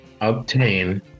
obtain